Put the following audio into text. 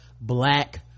black